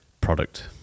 product